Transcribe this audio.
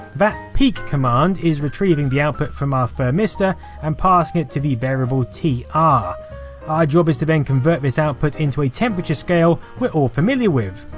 that peek command is retrieving the output from our thermistor and passing it to the variable tr. ah our job is to then convert this output into a temperature scale we're all familiar with.